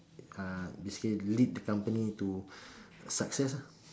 uh basically lead the company to success lah